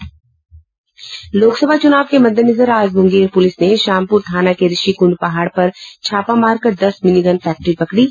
लोकसभा चूनाव के मद्देनजर आज मुंगेर पुलिस ने शामपुर थाना के ऋषिकूंड पहाड़ पर छापा मारकर दस मिनीगन फैक्ट्री पकड़ी